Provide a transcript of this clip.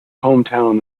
hometown